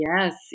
Yes